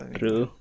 True